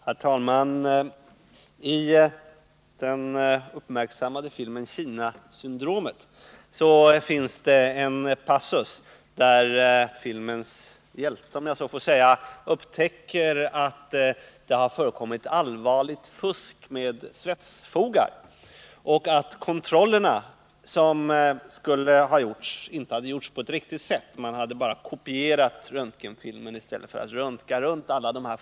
Herr talman! I den uppmärksammade filmen Kinasyndromet finns det en passus där filmens hjälte, om jag så får säga, upptäcker att det förekommit allvarligt fusk med svetsfogar och att kontrollerna som skulle ha gjorts inte hade gjorts på ett riktigt sätt. Man hade bara kopierat röntgenfilmen i stället för att röntga runt alla fogarna.